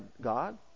God